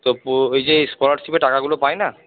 তো ওই যে স্কলারশিপের টাকাগুলো পায় না